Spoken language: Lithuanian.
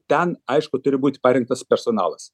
ten aišku turi būt parengtas personalas